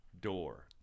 door